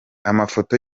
amafoto